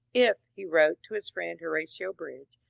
if, he wrote to his friend horatio bridge,